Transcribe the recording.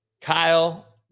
Kyle